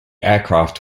aircraft